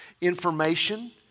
information